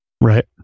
Right